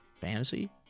Fantasy